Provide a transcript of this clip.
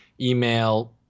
email